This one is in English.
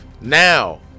now